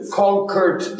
conquered